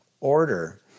order